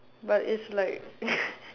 but it's like